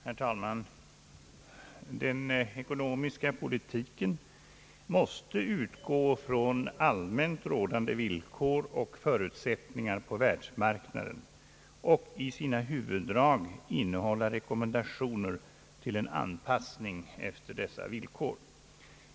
Herr talman! Den ekonomiska politiken måste utgå från allmänt rådande villkor och förutsättningar på världs marknaden och i sina huvuddrag innehålla rekommendationer till en anpassning efter dessa villkor.